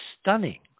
stunning